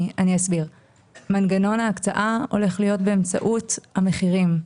מנגנון ההקצאה הולך להיות באמצעות המחירים,